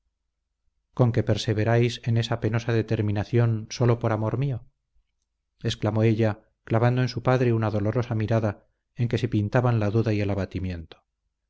conque perseveráis en esa penosa determinación sólo por amor mío exclamó ella clavando en su padre una dolorosa mirada en que se pintaban la duda y el abatimiento